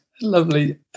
Lovely